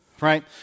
right